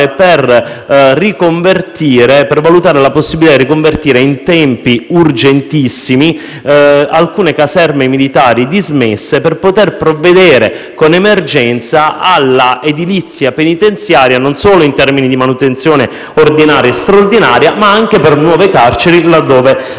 per valutare la possibilità di riconvertire in tempi urgentissimi alcune caserme militari dismesse, al fine di provvedere all'emergenza dell'edilizia penitenziaria, non solo in termini di manutenzione ordinaria e straordinaria, ma anche di nuove carceri, là dove necessario.